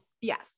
Yes